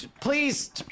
please